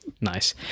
Nice